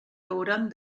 hauran